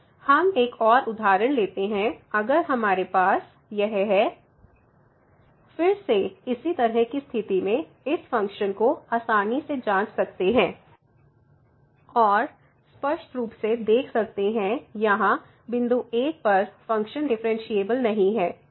हम एक और उदाहरण लेते हैं अगर हमारे पास fxx 0≤x≤1 2 x 1x≤2 फिर से इसी तरह की स्थिति में इस फ़ंक्शन को आसानी से जांच सकते हैं और स्पष्ट रूप से देख सकते हैं यहाँ बिंदु 1 पर फ़ंक्शन डिफ़्फ़रेनशियेबल नहीं है